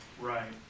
Right